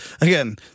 again